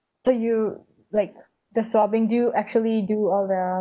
so you like the swabbing do you actually do all the